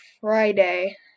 Friday